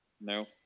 No